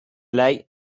lei